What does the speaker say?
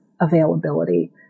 availability